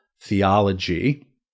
theology